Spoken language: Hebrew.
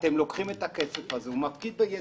הוא מפקיד את הכסף הזה בידכם